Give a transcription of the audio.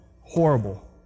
Horrible